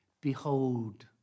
Behold